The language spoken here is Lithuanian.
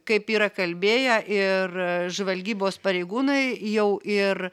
kaip yra kalbėję ir žvalgybos pareigūnai jau ir